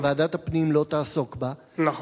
וועדת הפנים לא תעסוק בה, נכון.